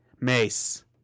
Mace